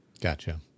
Gotcha